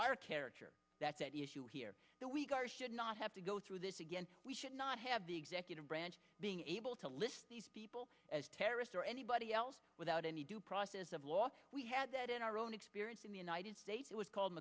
our character that's at issue here that we are should not have to go through this again we should not have the executive branch being able to list these people as terrorists or anybody else without any due process of law we had that in our own experience in the united states it was called